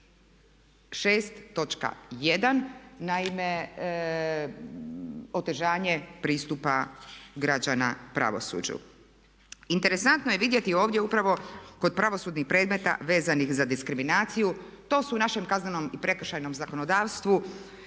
naime otežanje pristupa građana pravosuđu. Interesantno je vidjeti ovdje upravo kod pravosudnih predmeta vezanih za diskriminaciju, to su u našem kaznenom i prekršajnom zakonodavstvu